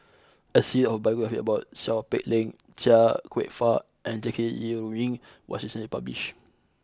a series of biographies about Seow Peck Leng Chia Kwek Fah and Jackie Yi Ru Ying was recently published